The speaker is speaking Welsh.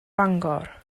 bangor